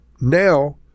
Now